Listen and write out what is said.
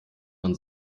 man